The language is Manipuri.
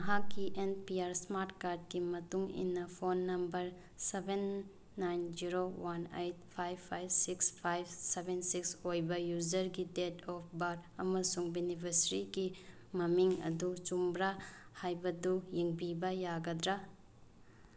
ꯃꯍꯥꯛꯀꯤ ꯑꯦꯟ ꯄꯤ ꯑꯥꯔ ꯏꯁꯃꯥꯔꯠ ꯀꯥꯔꯠꯀꯤ ꯃꯇꯨꯡ ꯏꯟꯅ phone number seven nine zero one eight five five six five seven six ꯑꯣꯏꯕ ꯌꯨꯖꯔꯒꯤ ꯗꯦꯠ ꯑꯣꯐ ꯕꯥꯔꯠ ꯑꯃꯁꯨꯡ ꯕꯤꯅꯤꯐꯤꯁꯔꯤꯒꯤ ꯃꯃꯤꯡ ꯑꯗꯨ ꯆꯨꯝꯕ꯭ꯔꯥ ꯍꯥꯏꯕꯗꯨ ꯌꯦꯡꯕꯤꯕ ꯌꯥꯒꯗ꯭ꯔꯥ